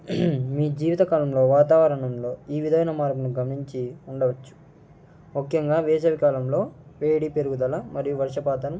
మీ జీవిత కాలంలో వాతావరణంలో ఈ విధమైన మార్పులు గమనించి ఉండవచ్చు ముఖ్యంగా వేసవి కాలంలో వేడి పెరుగుదల మరియు వర్షపాతం